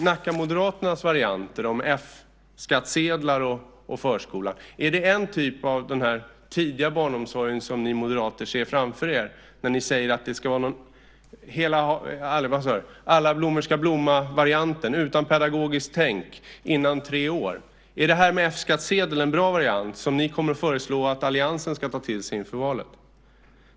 Nackamoderaternas lokala variant med F-skattsedlar och förskolor, är det en typ av tidig barnomsorg som ni moderater ser framför er när ni säger att alla blommor ska blomma utan pedagogiskt tänk före tre års ålder? Är det här med F-skattsedel en bra variant som ni kommer att föreslå att alliansen ska ta till sig inför valet?